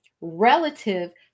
relative